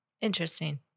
Interesting